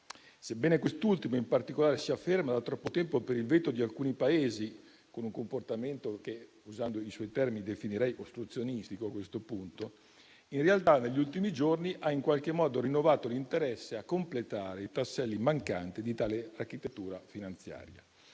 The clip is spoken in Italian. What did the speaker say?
Sebbene quest'ultima in particolare sia ferma da troppo tempo per il veto di alcuni Paesi, con un comportamento che - usando i suoi termini - definirei a questo punto ostruzionistico, in realtà negli ultimi giorni ha in qualche modo rinnovato l'interesse a completare i tasselli mancanti di tale architettura finanziaria.